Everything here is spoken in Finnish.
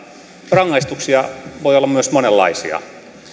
rangaistuksia voi olla myös monenlaisia